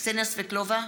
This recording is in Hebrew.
קסניה סבטלובה,